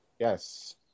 Yes